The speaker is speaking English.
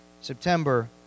September